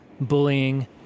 bullying